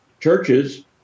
churches